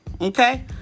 okay